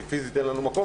כי פיזית אין לנו מקום,